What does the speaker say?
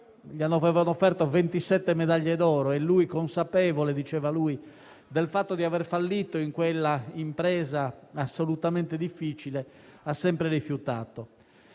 gli avevano offerto 27 medaglie d'oro, ma consapevole - diceva lui - di aver fallito in quell'impresa assolutamente difficile, ha sempre rifiutato.